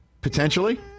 Potentially